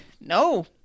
No